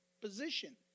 position